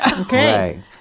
okay